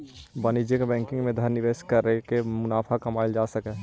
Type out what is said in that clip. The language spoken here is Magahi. वाणिज्यिक बैंकिंग में धन निवेश करके मुनाफा कमाएल जा सकऽ हइ